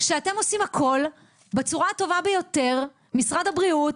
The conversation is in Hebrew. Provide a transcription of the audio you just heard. שאתם עושים הכל בצורה הטובה ביותר, משרד הבריאות,